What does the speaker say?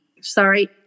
Sorry